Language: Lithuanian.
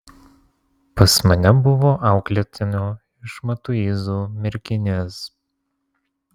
pas mane buvo auklėtinių iš matuizų merkinės